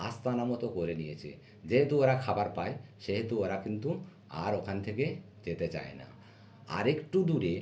আস্তানা মতো করে নিয়েছে যেহেতু ওরা খাবার পায় সেহেতু ওরা কিন্তু আর ওখান থেকে যেতে চায় না আরেকটু দূরে